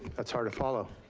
that's hard to follow.